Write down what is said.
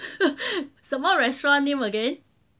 什么 restaurant name again